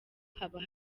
haba